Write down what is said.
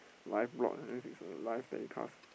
live blog is a live telecast